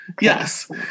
yes